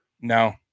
No